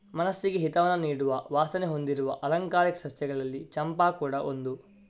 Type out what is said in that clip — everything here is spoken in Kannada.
ಮನಸ್ಸಿಗೆ ಹಿತವನ್ನ ನೀಡುವ ವಾಸನೆ ಹೊಂದಿರುವ ಆಲಂಕಾರಿಕ ಸಸ್ಯಗಳಲ್ಲಿ ಚಂಪಾ ಕೂಡಾ ಒಂದು